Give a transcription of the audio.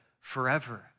forever